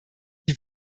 die